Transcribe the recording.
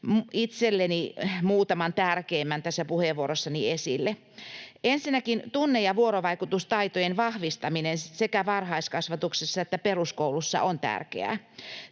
itselleni muutaman tärkeimmän tässä puheenvuorossani esille. Ensinnäkin tunne‑ ja vuorovaikutustaitojen vahvistaminen sekä varhaiskasvatuksessa että peruskoulussa on tärkeää.